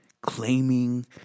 claiming